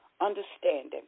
understanding